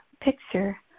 picture